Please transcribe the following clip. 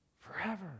forever